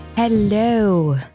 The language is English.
Hello